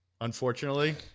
Unfortunately